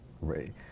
Right